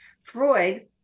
Freud